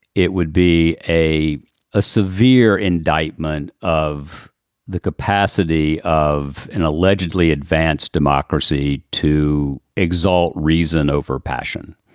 it would be a ah severe indictment of the capacity of an allegedly advanced democracy to exalt reason over passion,